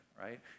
right